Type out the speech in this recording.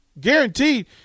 guaranteed